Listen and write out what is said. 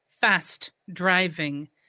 fast-driving